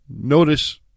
Notice